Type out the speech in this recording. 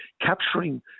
capturing